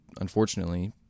unfortunately